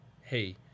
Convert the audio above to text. Hey